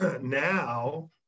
Now